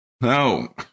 No